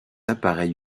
appareil